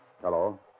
Hello